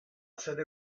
sede